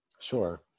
Sure